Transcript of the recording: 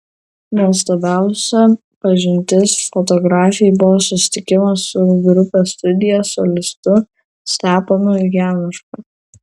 nuostabiausia pažintis fotografei buvo susitikimas su grupės studija solistu steponu januška